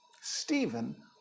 Stephen